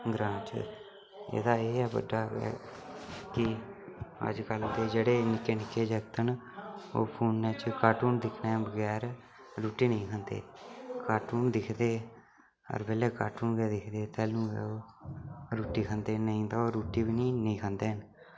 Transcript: ग्रांऽ च एह्दा एह् ऐ बड्डा कि अज्जकल दे जेह्ड़े निक्के निक्के जागत न ओह् फोनै च कार्टून दिक्खने बगैर रुट्टी नी ही खंदे कार्टून दिखदे हर बेल्लै कार्टून गै दिखदे तेलू गै ओह् रुट्टी खंदे नेईं तां ओह् रुट्टी बी नेईं खंदे हैन